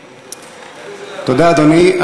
תודה, אדוני.